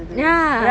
ya